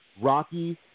Rocky